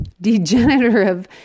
degenerative